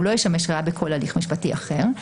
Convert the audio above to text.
והוא לא ישמש ראיה בכל הליך משפטי אחר.